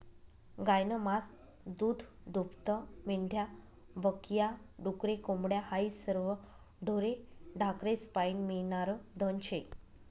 गायनं मास, दूधदूभतं, मेंढ्या बक या, डुकरे, कोंबड्या हायी सरवं ढोरे ढाकरेस्पाईन मियनारं धन शे